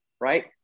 Right